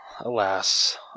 alas